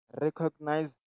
recognize